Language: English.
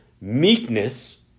meekness